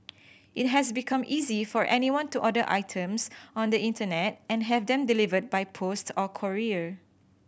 it has become easy for anyone to order items on the internet and have them delivered by post or courier